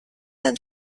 and